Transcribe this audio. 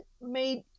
made